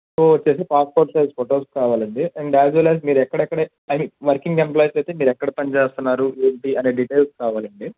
so వచ్చి passport size photos కావాలండి and as well as మీరు ఎక్కడక్కడ ఐమీన్ వర్కింగ్ ఎంప్లాయిస్ అయితే మీరు ఎక్కడ పనిచేస్తున్నారు ఏంటి అనే డీటెయిల్స్ కావాలండి